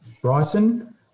Bryson